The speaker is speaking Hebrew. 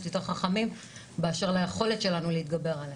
יותר חכמים באשר ליכולת שלנו להתגבר עליהם.